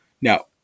Now